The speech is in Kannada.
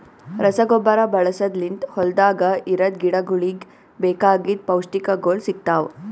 ರಸಗೊಬ್ಬರ ಬಳಸದ್ ಲಿಂತ್ ಹೊಲ್ದಾಗ ಇರದ್ ಗಿಡಗೋಳಿಗ್ ಬೇಕಾಗಿದ್ ಪೌಷ್ಟಿಕಗೊಳ್ ಸಿಗ್ತಾವ್